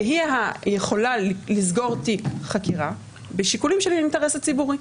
שהיא יכולה לסגור תיק חקירה בשיקולים של האינטרס הציבורי,